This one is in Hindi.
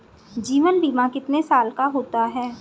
जीवन बीमा कितने साल का होता है?